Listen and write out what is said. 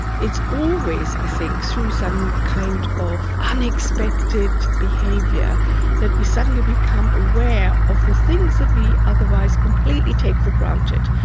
it's always, i think, through some kind of unexpected behaviour that we suddenly become aware of the things that we otherwise completely take for granted,